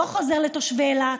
לא חוזר לתושבי אילת,